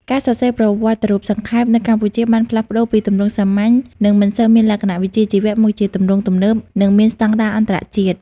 ការសរសេរប្រវត្តិរូបសង្ខេប នៅកម្ពុជាបានផ្លាស់ប្ដូរពីទម្រង់សាមញ្ញ និងមិនសូវមានលក្ខណៈវិជ្ជាជីវៈ មកជាទម្រង់ទំនើប និងមានស្តង់ដារអន្តរជាតិ។